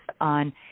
on